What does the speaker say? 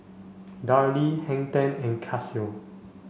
Darlie Hang Ten and Casio